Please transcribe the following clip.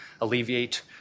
alleviate